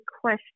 question